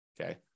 okay